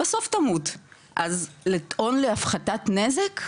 בסוף תמות אז לטעון להפחתת נזק,